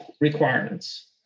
requirements